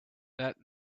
that